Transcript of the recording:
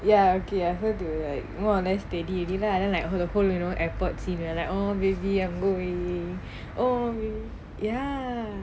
ya okay I heard they were like more or less steady already lah then like the whole you know airport scene they were like oh baby I'm going oh ya